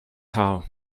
how